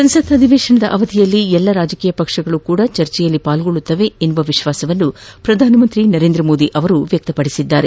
ಸಂಸತ್ತಿನ ಅಧಿವೇಶನದ ಅವಧಿಯಲ್ಲಿ ಎಲ್ಲ ರಾಜಕೀಯ ಪಕ್ಷಗಳೂ ಚರ್ಚೆಯಲ್ಲಿ ಪಾಲ್ಗೊಳ್ಳುತ್ತವೆ ಎಂಬ ವಿಶ್ವಾಸವನ್ನು ಪ್ರಧಾನಮಂತ್ರಿ ನರೇಂದ್ರ ಮೋದಿ ವ್ಯಕ್ತಪಡಿಸಿದ್ದಾರೆ